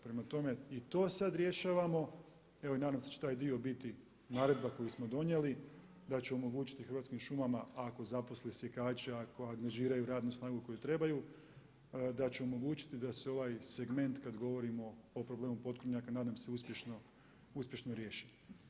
Prema tome i to sad rješavamo evo i nadam se da će taj dio biti, naredba koju smo donijeli da će omogućiti Hrvatskim šumama ako zaposli sjekača, ako angažiraju radnu snagu koju trebaju da će omogućiti da se ovaj segment kada govorimo o problemu potkornjaka, nadam se uspješno riješiti.